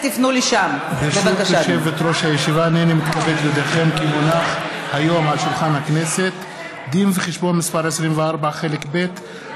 היא לא עברה קונסטרוקטיבית, סליחה.